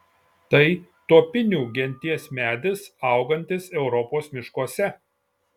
tai tuopinių genties medis augantis europos miškuose